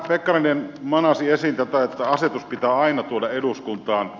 pekkarinen manasi esiin tätä että asetus pitää aina tuoda eduskuntaan